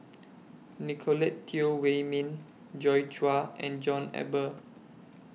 Nicolette Teo Wei Min Joi Chua and John Eber